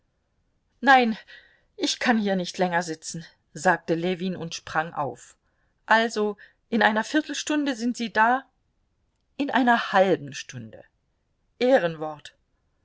nein ich kann hier nicht länger sitzen sagte ljewin und sprang auf also in einer viertelstunde sind sie da in einer halben stunde ehrenwort